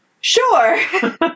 sure